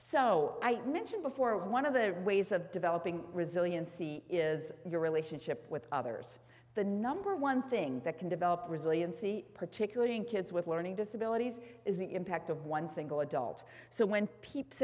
so i mentioned before one of the ways of developing resiliency is your relationship with others the number one thing that can develop resiliency particularly in kids with learning disabilities is the impact of one single adult so when peeps